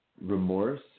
remorse